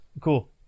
Cool